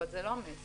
אבל זה לא המסר.